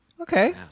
Okay